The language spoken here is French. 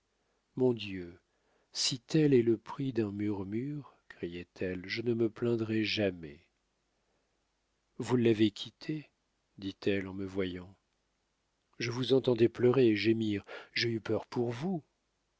mon dieu si tel est le prix d'un murmure criait-elle je ne me plaindrai jamais vous l'avez quitté dit-elle en me voyant je vous entendais pleurer et gémir j'ai eu peur pour vous